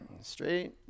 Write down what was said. straight